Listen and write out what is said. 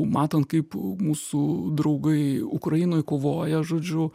matant kaip mūsų draugai ukrainoj kovoja žodžiu